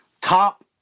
top